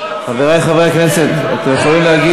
אתה לא יכול לשקר לעולם.